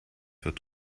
wird